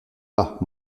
pas